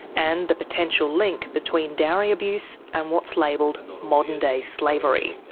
and the potential link between dowry abuse and what's labelled modern day slavery.